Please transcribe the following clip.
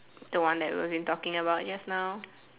the one that wasn't talking about just now